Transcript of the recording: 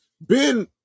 Ben